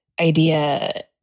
idea